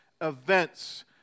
events